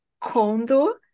condo